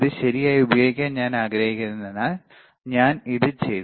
ഇത് ശരിയായി ഉപയോഗിക്കാൻ ഞാൻ ആഗ്രഹിക്കാത്തതിനാൽ ഞാൻ ഇത് ചെയ്തു